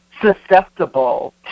susceptible